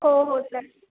हो हो सर